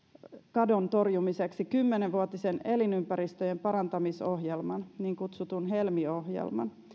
kadon torjumiseksi kymmenvuotisen elinympäristöjen parantamisohjelman niin kutsutun helmi ohjelman